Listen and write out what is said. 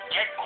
Get